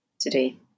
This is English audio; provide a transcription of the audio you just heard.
today